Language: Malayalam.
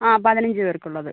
ആ പതിനഞ്ച് പേർക്ക് ഉള്ളത്